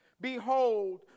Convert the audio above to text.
Behold